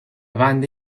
banda